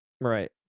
Right